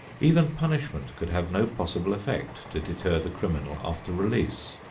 even punishment could have no possible effect to deter the criminal after release,